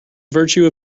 virtue